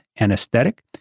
Anesthetic